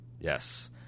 yes